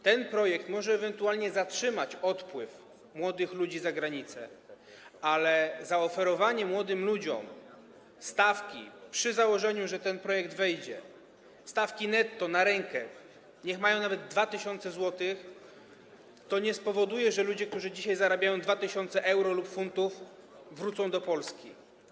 Ten projekt może ewentualnie zatrzymać odpływ młodych ludzi za granicę, ale zaoferowanie młodym ludziom, przy założeniu, że ten projekt wejdzie, stawki netto na rękę, niech mają nawet 2 tys. zł, nie spowoduje, że ludzie, którzy dzisiaj zarabiają 2 tys. euro lub funtów, wrócą do Polski.